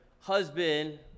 husband